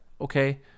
Okay